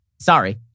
sorry